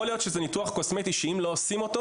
יכול להיות שזה ניתוח קוסמטי שאם לא עושים אותו,